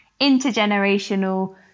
intergenerational